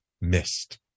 missed